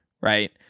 right